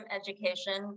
education